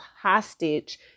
hostage